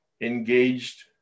engaged